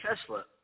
Tesla